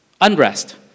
unrest